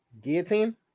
Guillotine